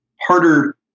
harder